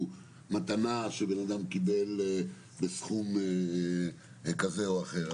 מתנה שבן אדם קיבל בסכום כזה או אחר.